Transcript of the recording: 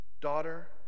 daughter